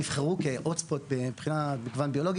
נבחרו Hot Spot מבחינת מגוון ביולוגי